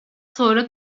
sonra